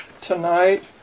tonight